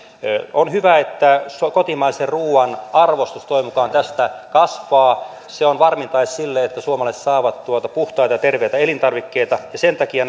on hyvä että kotimaisen ruuan arvostus toivon mukaan tästä kasvaa se on varmin tae sille että suomalaiset saavat puhtaita terveitä elintarvikkeita ja sen takia